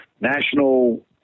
national